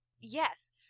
Yes